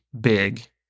big